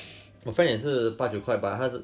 my friend 也是八九块 but 他是